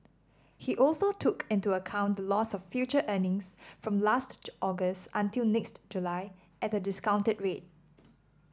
he also took into account the loss of future earnings from last August until next July at a discounted rate